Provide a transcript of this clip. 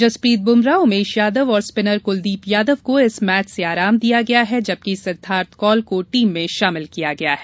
जसप्रीत बुम्रा उमेश यादव और स्पिनर कुलदीप यादव को इस मैच से आराम दिया गया है जबकि सिद्वार्थ कौल को टीम में शामिल किया गया है